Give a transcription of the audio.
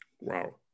Wow